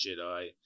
Jedi